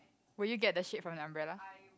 would you get the shade from the umbrella